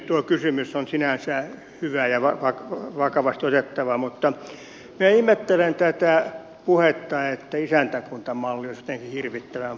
tuo kysymys on sinänsä hyvä ja vakavasti otettava mutta minä ihmettelen tätä puhetta että isäntäkuntamalli olisi jotenkin hirvittävän paha